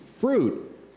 fruit